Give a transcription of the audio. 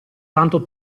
tanto